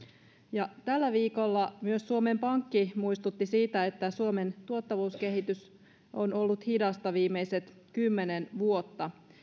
ja tällä viikolla myös suomen pankki muistutti siitä että suomen tuottavuuskehitys on ollut hidasta viimeiset kymmenen vuotta